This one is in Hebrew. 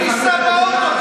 אתה לא חייב לנסוע באוטובוס.